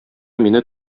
мине